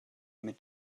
mit